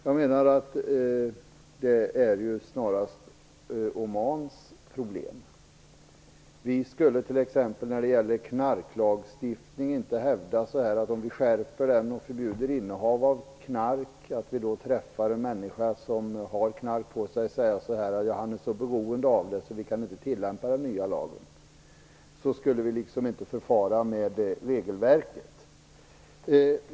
Jag menar att detta snarast är Omans problem. Om t.ex. knarklagstiftningen skärptes så att innehav av knark förbjöds och vi sedan påträffade en person som hade knark på sig, skulle vi inte hävda att personen var så beroende av knark att vi inte kunde tillämpa den nya lagen. På det sättet skulle vi inte förfara med regelverket.